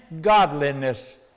godliness